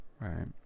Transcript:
right